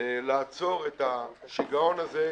לעצור את שגעון הזה,